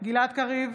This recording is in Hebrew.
גלעד קריב,